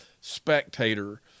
spectator